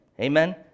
Amen